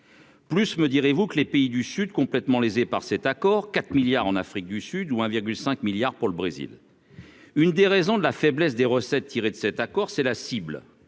Plus, me direz-vous, que les pays du Sud complètement lésés par cet accord, 4 milliards en Afrique du Sud, ou 1 virgule 5 milliards pour le Brésil, une des raisons de la faiblesse des recettes tirées de cet accord, c'est la cible